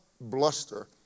bluster